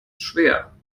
schwer